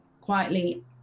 quietly